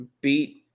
beat